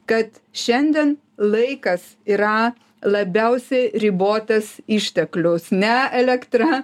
kad šiandien laikas yra labiausiai ribotas išteklius ne elektra